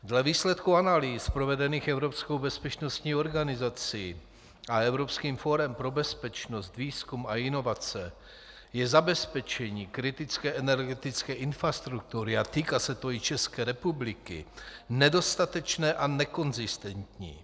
Dle výsledku analýz provedených evropskou bezpečnostní organizací a Evropským fórem pro bezpečnost, výzkum a inovace je zabezpečení kritické energetické infrastruktury, a týká se to i České republiky, nedostatečné a nekonzistentní.